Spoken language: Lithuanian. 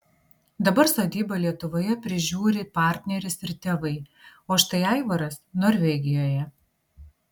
dabar sodybą lietuvoje prižiūri partneris ir tėvai o štai aivaras norvegijoje